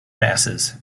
masses